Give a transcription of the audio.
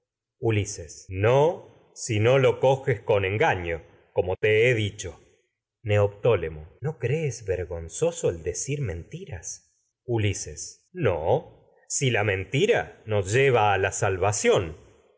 si no lo coges con engaño como te he neoptólemo tiras no crees vergonzoso el decir men ulises no si la mentira nos lleva la salvación